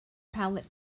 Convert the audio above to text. pallet